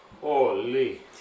Holy